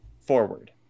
forward